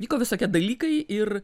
vyko visokie dalykai ir